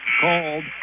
called